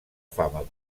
fama